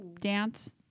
dance